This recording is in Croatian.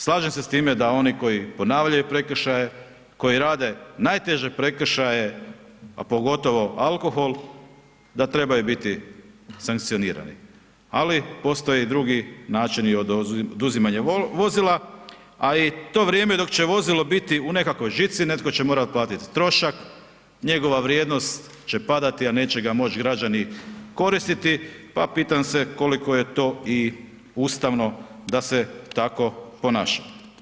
Slažem se s time da oni koji ponavljaju prekršaje, koji rade najteže prekršaje, a pogotovo alkohol da trebaju biti sankcionirani, ali postoje i drugi načini oduzimanja vozila, a i to vrijeme dok će to vozilo biti u nekakvoj žici netko će morati platiti trošak, njegova vrijednost će padati, a neće ga moći građani koristiti, pa pitam se koliko je to i ustavno da se tako ponašamo.